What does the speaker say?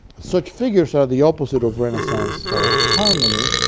such figures are the opposite of renaissance harmony,